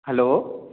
hello